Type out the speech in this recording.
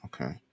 Okay